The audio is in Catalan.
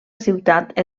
ciutat